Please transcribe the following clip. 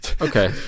Okay